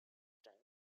time